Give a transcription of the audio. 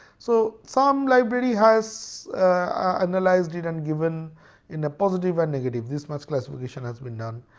so some library has analyzed it and given in a positive and negative this much classification has been done.